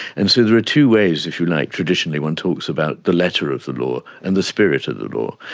and so there are two ways, if you like, traditionally one talks about the letter of the law and the spirit of the law,